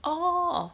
orh